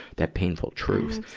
that painful truth.